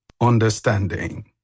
understanding